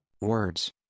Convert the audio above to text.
Words